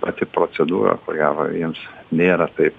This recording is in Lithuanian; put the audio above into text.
pati procedūra kurią va jiems nėra taip